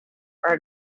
are